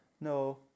No